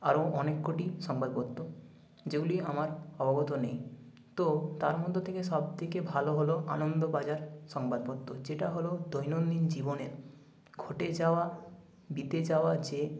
আরও অনেক কটি সংবাদপত্র যেগুলি আমার অবগত নেই তো তার মধ্য থেকে সবথেকে ভালো হল আনন্দবাজার সংবাদপত্র যেটা হল দৈনন্দিন জীবনের ঘটে যাওয়া বিতে যাওয়া যে